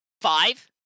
five